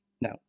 Now